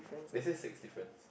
they say six difference